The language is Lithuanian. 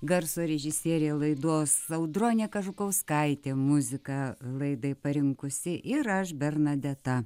garso režisierė laidos audronė kažukauskaitė muziką laidai parinkusi ir aš bernadeta